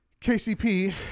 kcp